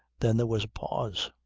then there was a pause.